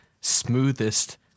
smoothest